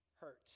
hurt